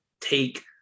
take